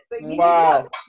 Wow